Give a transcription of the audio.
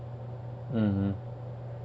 mmhmm